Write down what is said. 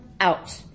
out